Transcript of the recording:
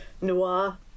noir